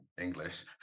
English